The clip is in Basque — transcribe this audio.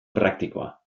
praktikoa